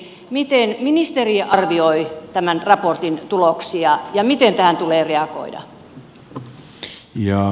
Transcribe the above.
miten ministeriö arvioi tämän raportin tuloksia ja miten tähän tulee reagoida